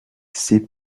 ces